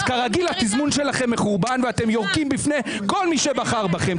אז כרגיל התזמון שלכם מחורבן ואתם יורקים בפני כל מי שבחר בכם,